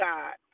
God